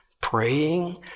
praying